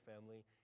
family